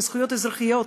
מזכויות אזרחיות,